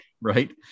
Right